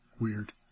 weird